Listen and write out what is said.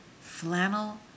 flannel